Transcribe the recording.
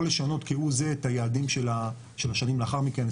לשנות כהוא זה את היעדים של השנים שלאחר מכן,